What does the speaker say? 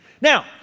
Now